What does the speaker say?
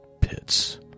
pits